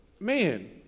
Man